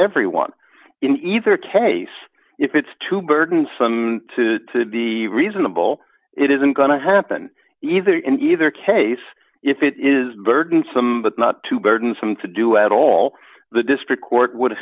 everyone in either case if it's too burdensome to be reasonable it isn't going to happen either in either case if it is burdensome but not too burdensome to do at all the district court would have